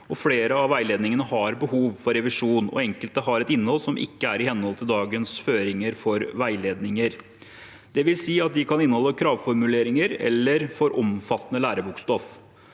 Flere av veiledningene har behov for revisjon. Enkelte har et innhold som ikke er i henhold til dagens føringer for veiledninger, dvs. at de kan inneholde kravformuleringer eller for omfattende lærebokstoff.